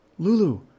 Lulu